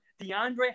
DeAndre